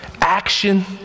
Action